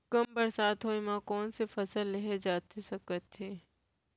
कम बरसात होए मा कौन से फसल लेहे जाथे सकत हे?